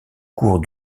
cours